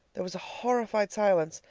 there was a horrified silence.